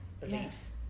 beliefs